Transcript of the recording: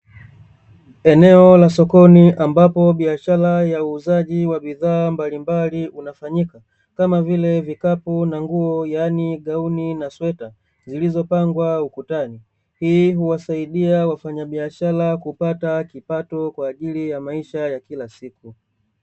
Eneo la sokoni, ambapo biashara ya uuzaji wa bidhaa mbalimbali unafanyika, kama vile; vikapu, na nguo, yaani gauni na sweta zilizopangwa ukutani, hii huwasaidia wafanyabiashara kupata kipato kwa ajili ya maisha ya kila siku.